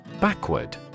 Backward